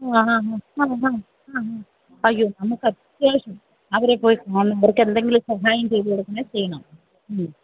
ആ ആ ആ ആ ആ ആ ആ അയ്യോ നമുക്ക് അത്യാവശ്യം അവരെ പോയിക്കാണണം അവർക്ക് എന്തെങ്കിലും സഹായം ചെയ്തു കൊടുക്കണമെങ്കില് ചെയ്യണം